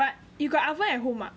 but you got oven at home ah